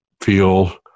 feel